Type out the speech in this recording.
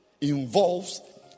involves